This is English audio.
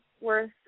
worth